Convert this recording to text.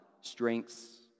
strengths